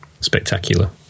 spectacular